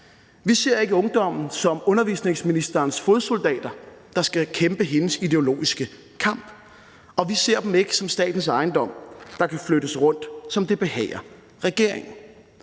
vi ser ikke ungdommen som undervisningsministerens fodsoldater, der skal kæmpe hendes ideologiske kamp, og vi ser dem ikke som statens ejendom, der kan flyttes rundt, som det behager regeringen